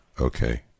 Okay